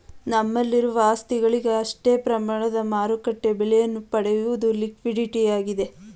ನಮ್ಮಲ್ಲಿರುವ ಆಸ್ತಿಗಳಿಗೆ ಅಷ್ಟೇ ಪ್ರಮಾಣದ ಮಾರುಕಟ್ಟೆ ಬೆಲೆಯನ್ನು ಪಡೆಯುವುದು ಲಿಕ್ವಿಡಿಟಿಯಾಗಿದೆ